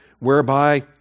Whereby